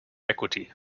equity